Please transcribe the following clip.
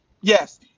Yes